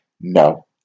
no